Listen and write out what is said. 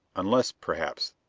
unless, perhaps,